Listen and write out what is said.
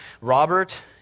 Robert